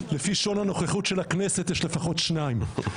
לפי שעון הנוכחות של הכנסת יש לפחות שניים.